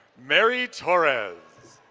mary torres.